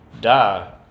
die